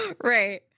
Right